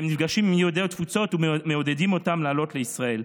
נפגשים עם יהודי התפוצות ומעודדים אותם לעלות לישראל.